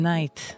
Night